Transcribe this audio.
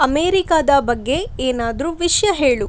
ಅಮೇರಿಕಾದ ಬಗ್ಗೆ ಏನಾದರು ವಿಷಯ ಹೇಳು